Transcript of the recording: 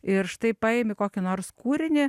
ir štai paimi kokį nors kūrinį